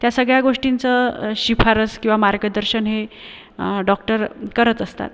त्या सगळ्या गोष्टींचं शिफारस किंवा मार्गदर्शन हे डॉक्टर करत असतात